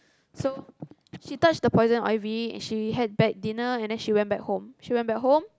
so she touched the poison ivy she had bad dinner and then she went back home she went back home